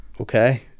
okay